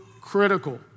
critical